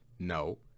No